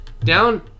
Down